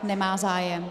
Nemá zájem.